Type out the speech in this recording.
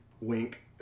Wink